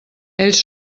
ells